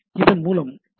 இதன் மூலம் ஹெச்